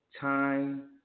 time